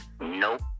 Nope